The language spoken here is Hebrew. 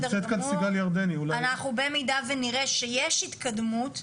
במידה ונראה שיש התקדמות,